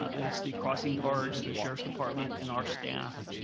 ah it's the crossing guards, the sheriff's department, and our staff,